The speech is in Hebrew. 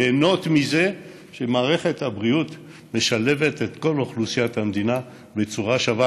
ליהנות מזה שמערכת הבריאות משלבת את כל אוכלוסיית המדינה בצורה שווה,